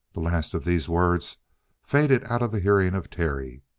the last of these words faded out of the hearing of terry.